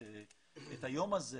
היום הזה